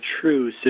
true